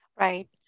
Right